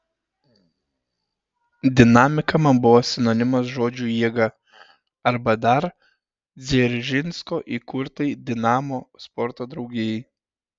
dinamika man buvo sinonimas žodžiui jėga arba dar dzeržinskio įkurtai dinamo sporto draugijai